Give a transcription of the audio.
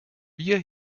wir